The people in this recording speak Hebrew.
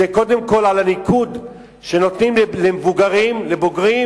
זה קודם כול על הניקוד שנותנים למבוגרים, לבוגרים